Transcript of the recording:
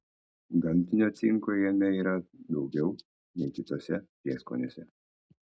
gamtinio cinko jame yra daugiau nei kituose prieskoniuose